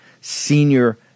senior